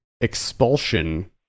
Expulsion